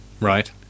Right